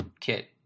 kit